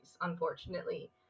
unfortunately